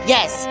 Yes